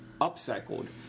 upcycled